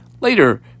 later